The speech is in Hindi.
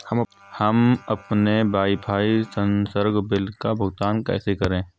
हम अपने वाईफाई संसर्ग बिल का भुगतान कैसे करें?